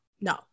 no